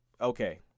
okay